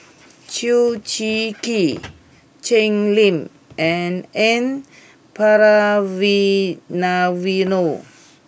Chew Swee Kee Jim Lim and N Palanivelu